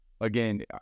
again